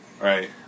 Right